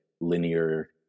linear